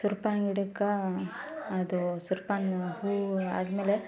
ಸುರೇಪಾನ ಗಿಡಕ್ಕೆ ಅದು ಸುರೇಪಾನ ಹೂವು ಆದ್ಮೇಲೆ